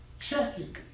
checking